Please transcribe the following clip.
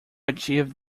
achieved